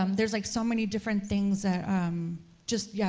um there's like so many different things that just, yeah